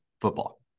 football